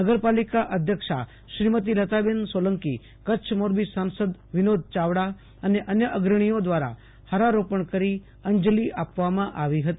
નગર પાલિકા અધ્યક્ષા શ્રીમતી લતાબેન સોલંકીકચ્છ મોરબી સાસંદ વિનોદ ચાવડા અને અન્ય અગ્રણીઓ દ્રારા હારારોપણ કરી અંજલી આપવામાં આવી હતી